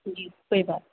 جی کوئی بات